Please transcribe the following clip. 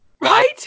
right